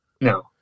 No